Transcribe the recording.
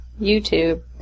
YouTube